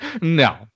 No